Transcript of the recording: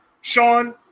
Sean